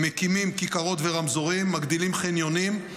מקימים כיכרות ורמזורים, מגדילים חניונים,